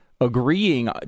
agreeing